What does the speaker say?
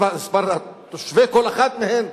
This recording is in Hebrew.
מספר תושבי כל אחד מהם,